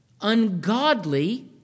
ungodly